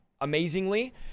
amazingly